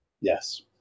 Yes